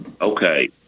Okay